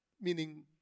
meaning